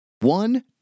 One